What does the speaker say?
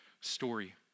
story